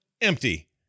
empty